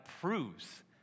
proves